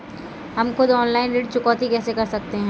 हम खुद ऑनलाइन ऋण चुकौती कैसे कर सकते हैं?